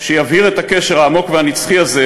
שיבהיר את הקשר העמוק והנצחי הזה,